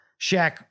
Shaq